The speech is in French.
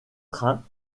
train